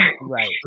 Right